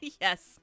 Yes